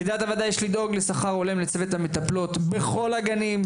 לדעת הוועדה יש לדאוג לשכר הולם לצוות המטפלות בכל הגנים,